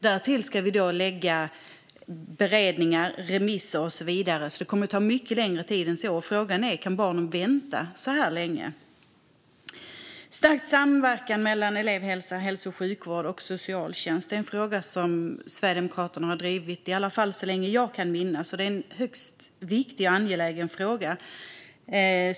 Därtill ska vi lägga beredningar, remisser och så vidare. Det kommer alltså att ta mycket längre tid än så. Frågan är om barnen kan vänta så här länge. Stärkt samverkan mellan elevhälsa, hälso och sjukvård och socialtjänst är en fråga som Sverigedemokraterna har drivit i alla fall så länge jag kan minnas, och det är i högsta grad en viktig och angelägen fråga.